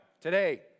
today